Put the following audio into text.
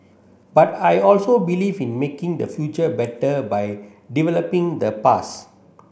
but I also believe in making the future better by developing the past